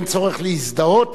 אין צורך להזדהות,